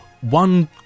one